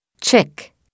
chick